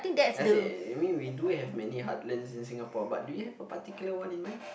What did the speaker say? let's say you mean we do have many heartlands in Singapore but do you have a particular one in mind